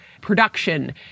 production